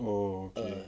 oh okay